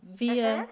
via